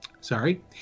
sorry